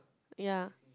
yea